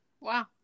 wow